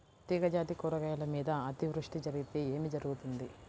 తీగజాతి కూరగాయల మీద అతివృష్టి జరిగితే ఏమి జరుగుతుంది?